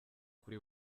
kuri